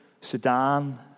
Sudan